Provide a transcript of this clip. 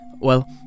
Well